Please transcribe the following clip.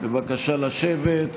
בבקשה לשבת.